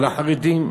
על החרדים,